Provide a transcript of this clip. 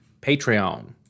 Patreon